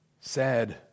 Sad